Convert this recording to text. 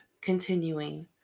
continuing